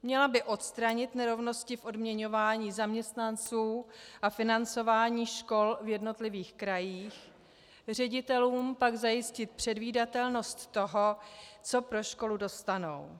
Měla by odstranit nerovnosti v odměňování zaměstnanců a financování škol v jednotlivých krajích, ředitelům pak zajistit předvídatelnost toho, co pro školu dostanou.